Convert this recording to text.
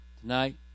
Tonight